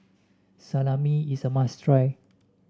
salami is a must try